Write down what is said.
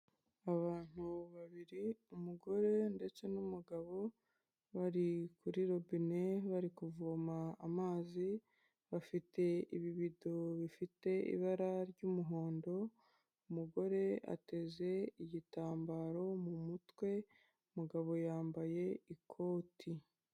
Abantu babiri umugore ndetse n'umugabo bari kuri robine bari kuvoma amazi, bafite ibi bido bifite ibara ry'umuhondo, umugore ateze igitambaro mu mutwe, umugabo yambaye ikoti.